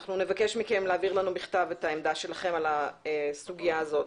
אנחנו נבקש מכם להעביר לנו בכתב את העמדה שלכם על הסוגיה הזאת.